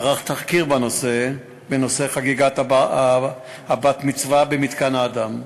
ערך תחקיר בנושא חגיגת הבת-מצווה במתקן אדם.